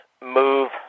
move